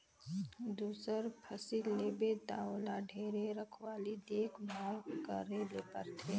दूसर फसिल लेबे त ओला ढेरे रखवाली देख भाल करे ले परथे